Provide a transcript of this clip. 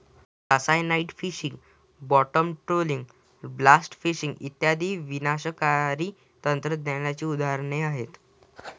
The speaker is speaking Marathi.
cyanide fishing, bottom trawling, blast fishing इत्यादी विनाशकारी तंत्रज्ञानाची उदाहरणे आहेत